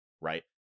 right